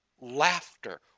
laughter